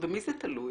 במי זה תלוי,